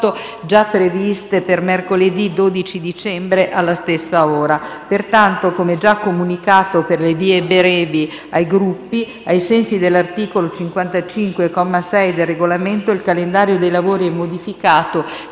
già previste per mercoledì 12 dicembre alla stessa ora. Pertanto, come già comunicato per le vie brevi ai Gruppi, ai sensi dell'articolo 55, comma 6, del Regolamento, il calendario dei lavori è modificato